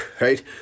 right